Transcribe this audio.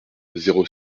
zéro